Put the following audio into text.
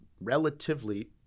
relatively